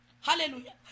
Hallelujah